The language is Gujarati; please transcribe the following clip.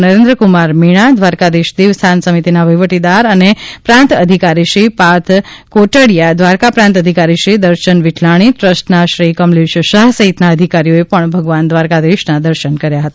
નરેન્દ્ર કુમાર મીણા દ્વારકાધિશ દેવસ્થાપન સમિતિના વહિવટદાર અને પ્રાંત અધિકારીશ્રી પાર્થ કોટડીય઼ા દ્વારકા પ્રાંત અધિકારીશ્રી દર્શન વિઠલાણી ટ્રસ્ટિના શ્રી કમલેશ શાહ સહિતના અધિકારીઓએ પણ ભગવાન દ્વારકાધિશના દર્શન કર્યા હતા